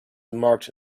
marked